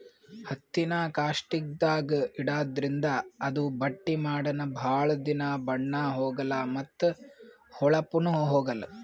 ಹತ್ತಿನಾ ಕಾಸ್ಟಿಕ್ದಾಗ್ ಇಡಾದ್ರಿಂದ ಅದು ಬಟ್ಟಿ ಮಾಡನ ಭಾಳ್ ದಿನಾ ಬಣ್ಣಾ ಹೋಗಲಾ ಮತ್ತ್ ಹೋಳಪ್ನು ಹೋಗಲ್